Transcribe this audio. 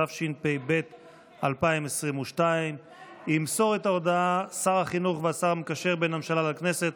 התשפ"ב 2022. ימסור את ההודעה שר החינוך והשר המקשר בין הממשלה לכנסת